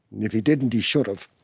if he didn't, he should've.